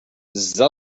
zza